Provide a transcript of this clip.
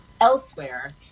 elsewhere